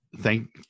thank